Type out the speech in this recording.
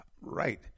right